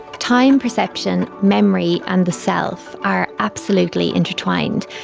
time perception, memory and the self are absolutely intertwined.